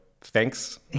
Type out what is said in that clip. thanks